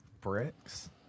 Bricks